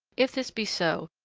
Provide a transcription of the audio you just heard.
if this be so,